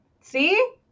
See